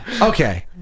Okay